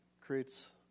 creates